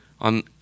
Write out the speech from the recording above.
on